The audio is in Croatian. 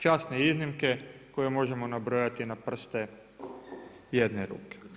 Časne iznimke koje možemo nabrojati na prste jedne ruke.